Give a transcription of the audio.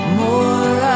more